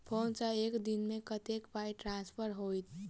Phone सँ एक दिनमे कतेक पाई ट्रान्सफर होइत?